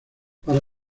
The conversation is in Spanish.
para